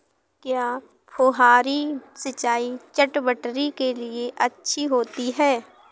क्या फुहारी सिंचाई चटवटरी के लिए अच्छी होती है?